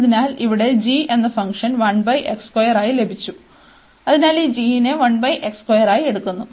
അതിനാൽ ഇവിടെ g എന്ന ഫംഗ്ഷൻ ആയി ലഭിച്ചു അതിനാൽ ഈ g നെ ആയി എടുക്കുന്നു